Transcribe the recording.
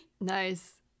Nice